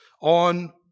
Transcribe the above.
On